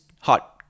hot